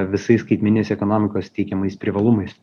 visais skaitmeniniais ekonomikos teikiamais privalumais